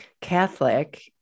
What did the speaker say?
Catholic